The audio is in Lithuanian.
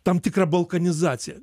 tam tikra balkanizacija